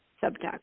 subject